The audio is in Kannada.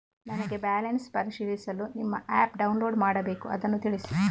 ನನಗೆ ಬ್ಯಾಲೆನ್ಸ್ ಪರಿಶೀಲಿಸಲು ನಿಮ್ಮ ಆ್ಯಪ್ ಡೌನ್ಲೋಡ್ ಮಾಡಬೇಕು ಅದನ್ನು ತಿಳಿಸಿ?